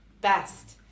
best